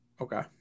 Okay